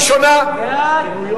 לשנת הכספים 2011,